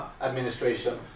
administration